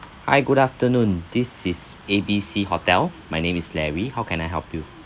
hi good afternoon this is A B C hotel my name is larry how can I help you